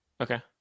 Okay